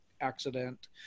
accident